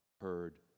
heard